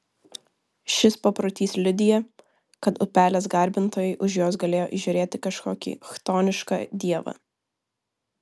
šis paprotys liudija kad upelės garbintojai už jos galėjo įžiūrėti kažkokį chtonišką dievą